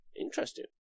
Interesting